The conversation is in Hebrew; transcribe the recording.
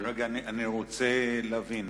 רגע, אני רוצה להבין.